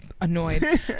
annoyed